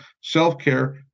self-care